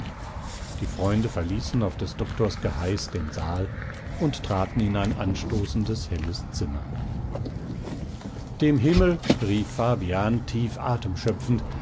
die freunde verließen auf des doktors geheiß den saal und traten in ein anstoßendes helles zimmer dem himmel rief fabian tief atem schöpfend